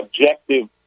objective